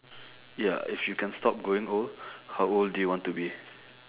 ya if you can stop growing old how old do you want to be